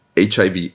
HIV